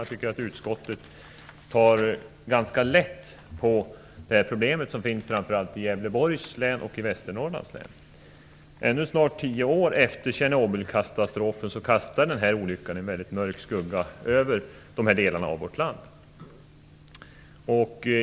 Jag tycker att utskottet tar ganska lätt på det här problemet, som framför allt finns i Gävleborgs och Tjernobylkatastrofen, kastar olyckan en mycket mörk skugga över de här delarna av vårt land.